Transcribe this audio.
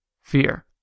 Fear